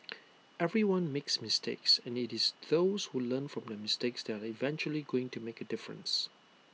everyone makes mistakes and IT is those who learn from their mistakes that are eventually going to make A difference